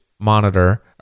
monitor